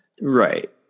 Right